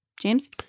James